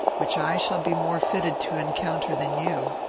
which i shall be more fitted to encounter than you.